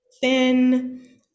thin